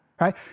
Right